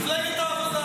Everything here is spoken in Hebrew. מפלגת העבודה.